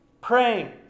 praying